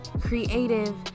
creative